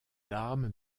larmes